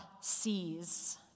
sees